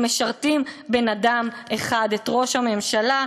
הם משרתים בן-אדם אחד, את ראש הממשלה,